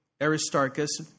Aristarchus